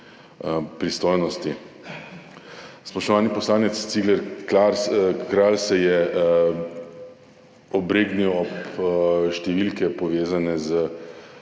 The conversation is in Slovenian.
pristojnosti. Spoštovani poslanec Cigler Kralj se je obregnil ob številke, povezane s